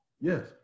Yes